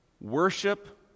worship